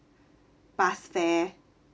bus fare